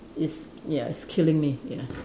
it's ya it's killing me ya